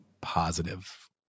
positive